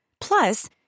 Plus